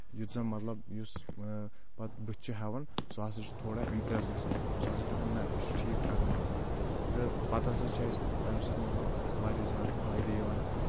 یُتھ زَن مطلب یُس پتہٕ بٕتھِ چھِ ہیٚوان سُہ ہسا چھُ تھوڑا اِمپرٛیس گژھان سُہ ہسا دِپان نہ یہِ چھُ ٹھیٖک ٹھاک مال تہٕ پتہٕ ہسا چھِ اَسہِ تَمہِ سۭتۍ مطلب واریاہ زیادٕ فٲیدٕ یِوان